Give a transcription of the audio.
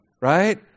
right